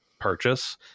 purchase